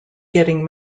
getting